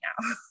now